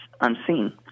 unseen